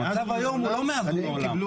אבל המצב היום הוא לא מאז ומעולם.